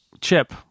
chip